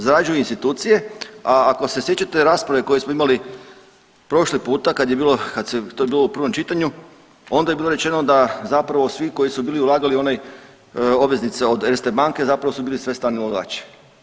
Zarađuju institucije, a ako se sjećate rasprave koju smo imali prošli puta kad je bilo, kad se, to je bilo u prvom čitanju, onda je bilo rečeno da zapravo svi koji su bili ulagali u onaj, obveznice od Erste banke, zapravo su bili sve strani ulagači.